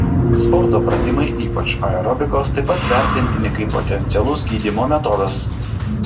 sporto pratimai ypač aerobikos taip pat vertintini kaip potencialus gydymo metodas